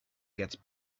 get